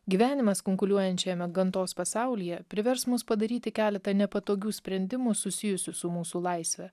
gyvenimas kunkuliuojančiame gamtos pasaulyje privers mus padaryti keletą nepatogių sprendimų susijusių su mūsų laisve